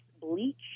bleach